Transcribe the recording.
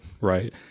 right